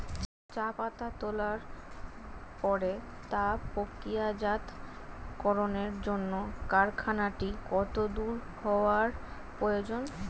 চা পাতা তোলার পরে তা প্রক্রিয়াজাতকরণের জন্য কারখানাটি কত দূর হওয়ার প্রয়োজন?